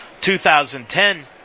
2010